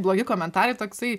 blogi komentarai toksai